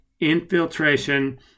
Infiltration